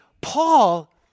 Paul